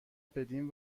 بدین